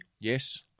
Yes